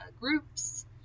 groups